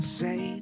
say